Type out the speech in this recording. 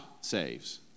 saves